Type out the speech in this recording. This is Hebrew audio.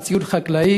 על ציוד חקלאי,